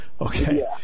okay